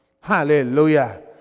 Hallelujah